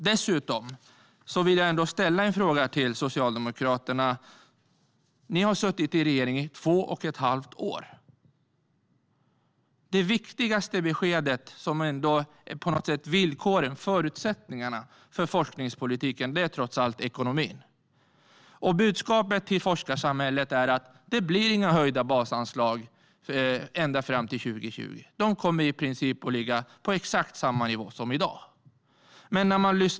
Dessutom vill jag ställa en fråga till Socialdemokraterna. Ni har suttit i regering i två och ett halvt år. Det viktigaste beskedet och på något sätt villkoren och förutsättningarna för forskningspolitiken är trots allt ekonomin. Och budskapet till forskarsamhället är: Det blir inga höjda basanslag. Ända fram till 2020 kommer de att ligga på i princip exakt samma nivå som i dag.